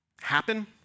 happen